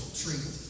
treat